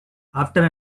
after